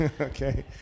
Okay